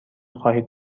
خواهید